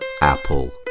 apple